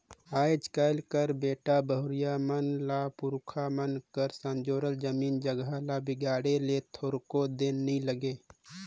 आएज काएल कर बेटा बहुरिया मन ल पुरखा मन कर संजोरल जमीन जगहा ल बिगाड़े ले थोरको दिन नी लागे